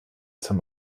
zum